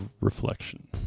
Reflection